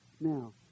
Now